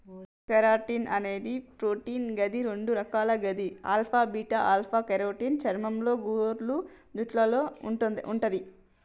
keratin అనేది protein గది రెండు రకాలు గవి ఆల్ఫా, బీటాలు ఆల్ఫ కెరోటిన్ చర్మంలో, గోర్లు, జుట్టులో వుంటది